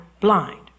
blind